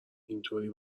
اینطوری